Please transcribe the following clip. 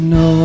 no